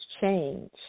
change